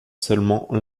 seulement